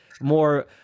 more